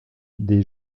des